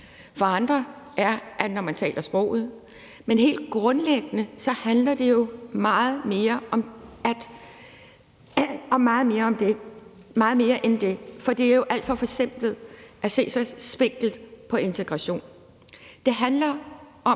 andre, at det er, når man taler sproget. Men helt grundlæggende handler det jo om meget mere end det. For det er jo alt for forsimplet at se så spinkelt på integration.